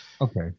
okay